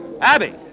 Abby